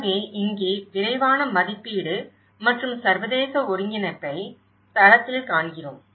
எனவே இங்கே விரைவான மதிப்பீடு மற்றும் சர்வதேச ஒருங்கிணைப்பை தளத்தில் காண்கிறோம்